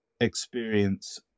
experience